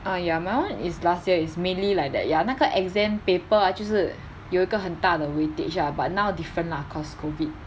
oh ya my [one] is last year is mainly like that ya 那个 exam paper ah 就是有一个很大的 weightage lah but now different lah cause COVID